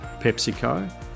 PepsiCo